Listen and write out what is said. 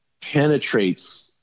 penetrates